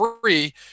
free